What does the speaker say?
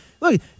look